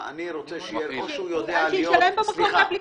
אז שישלם במקום באפליקציה.